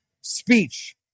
speech